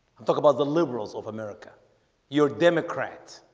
i'll talk about the liberals of america your democrats